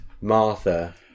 Martha